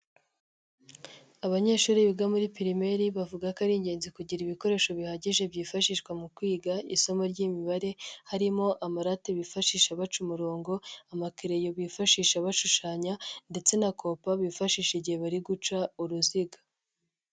Abanyeshuri biga muri pirimeri bavuga ko ari ingenzi kugira ibikoresho bihagije byifashishwa mu kwiga isomo ry'imibare harimo amarate bifashisha baca umurongo, amakereyo bifashisha bashushanya ndetse na compa bifashisha igihe bari guca uruziga.